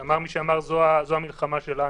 אמר מי שאמר שזו המלחמה שלנו.